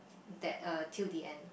that uh till the end